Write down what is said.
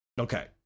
Okay